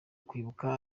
kwibuka